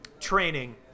Training